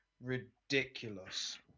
ridiculous